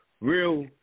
real